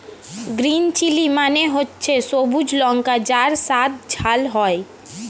green chilli মানে হচ্ছে সবুজ লঙ্কা যার স্বাদ ঝাল হয়